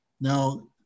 Now